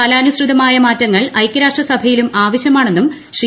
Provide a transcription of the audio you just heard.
കാലാനുസൃതമായ മാറ്റങ്ങൾ ഐക്യരാഷ്ട്രസഭയിലും ആവശ്യമാണെന്നും ശ്രീ